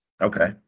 Okay